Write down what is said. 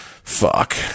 fuck